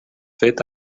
fet